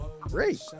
Great